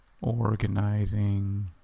Organizing